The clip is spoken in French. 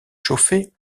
chauffé